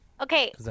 Okay